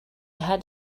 had